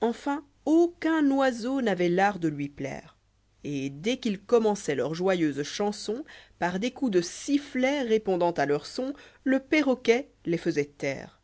enfin aucun ojseau n'â voit l'art de lui plaire et dès qu'ils cornmençoient leurs joyeuses chansons par des coups de sifflet répondant à leurs sens le perroquet les faisoit taire